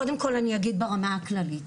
קודם כל אני אגיד ברמה הכללית,